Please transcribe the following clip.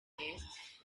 haste